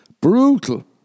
brutal